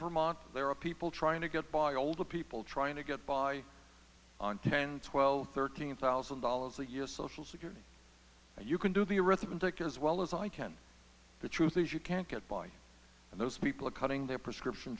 vermont there are people trying to get by older people trying to get by on ten twelve thirteen thousand dollars a year social security and you can do the arithmetic as well as i can the truth is you can't get by and those people are cutting their prescription